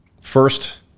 first